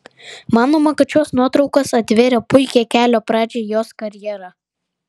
manoma kad šios nuotraukos atvėrė puikią kelio pradžią į jos karjerą